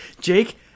Jake